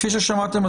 כפי ששמעתם,